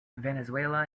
venezuela